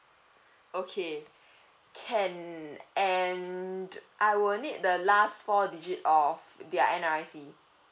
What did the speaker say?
okay can and I will need the last four digit of their N_R_I_C